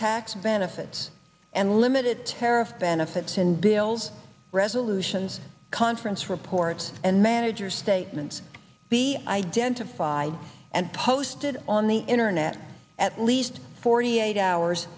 tax benefits and limited tariff benefits in bills resolutions conference reports and manager statements be identified and posted on the internet at least forty eight hours